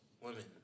women